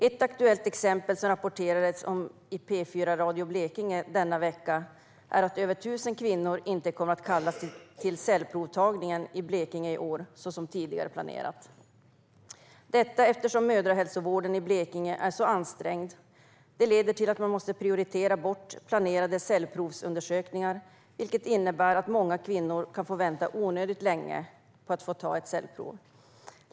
Ett aktuellt exempel som man rapporterade om i P4 Radio Blekinge denna vecka är att över 1 000 kvinnor inte kommer att kallas till cellprovtagningen i år trots att det sedan tidigare varit inplanerat - detta eftersom mödrahälsovården i Blekinge är så ansträngd. Det leder till att man måste prioritera bort planerade cellprovsundersökningar, vilket innebär att många kvinnor kan få vänta onödigt länge på att få ett cellprov.